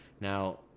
Now